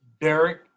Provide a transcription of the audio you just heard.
Derek